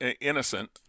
innocent